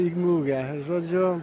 į mugę žodžiu